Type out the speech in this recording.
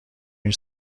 این